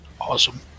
Awesome